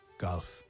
Golf